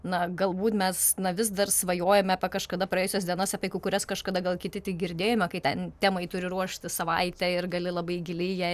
na galbūt mes vis dar svajojame apie kažkada praėjusias dienas apie kai kurias kažkada gal kiti tik girdėjome kai ten temai turi ruoštis savaitę ir gali labai giliai į ją